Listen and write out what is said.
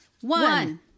one